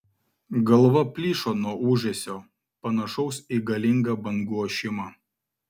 galva plyšo nuo ūžesio panašaus į galingą bangų ošimą